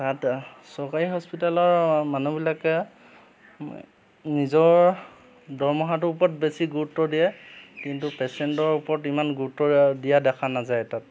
তাত চৰকাৰী হস্পিতেলৰ মানুহবিলাকে নিজৰ দৰমহাটোৰ ওপৰত বেছি গুৰুত্ব দিয়ে কিন্তু পেচেণ্টৰ ওপৰত ইমান গুৰুত্ব দিয়া দেখা নাযায় তাত